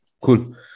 cool